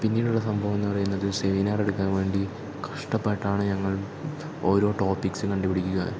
പിന്നീടുള്ള സംഭവമെന്ന് പറയുന്നത് സെമിനാറെടുക്കാൻ വേണ്ടി കഷ്ടപ്പെട്ടാണ് ഞങ്ങൾ ഓരോ ടോപ്പിക്സും കണ്ടുപിടിക്കുക